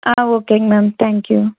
ஆ ஓகேங்க ma'am thank you